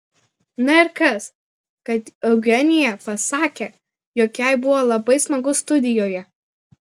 na ir kas kad eugenija pasakė jog jai buvo labai smagu studijoje